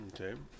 Okay